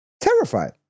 Terrified